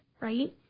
right